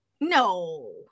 No